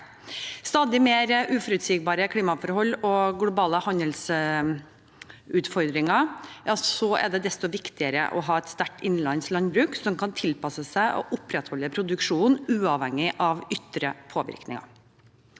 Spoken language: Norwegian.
stadig mer uforutsigbare klimaforhold og globale handelsutfordringer er det desto viktigere å ha et sterkt innenlandsk landbruk som kan tilpasse seg og opprettholde produksjonen uavhengig av ytre påvirkninger.